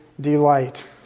delight